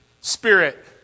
spirit